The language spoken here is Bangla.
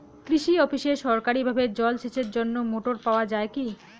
কৃষি অফিসে সরকারিভাবে জল সেচের জন্য মোটর পাওয়া যায় কি?